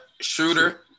shooter